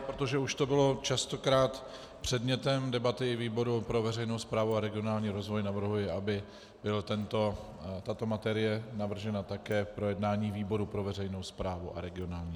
Protože už to bylo častokrát předmětem debaty výboru pro veřejnou správu a regionální rozvoj, navrhuji, aby byla tato materie navržena také k projednání výboru pro veřejnou správu a regionální rozvoj.